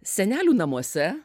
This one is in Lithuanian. senelių namuose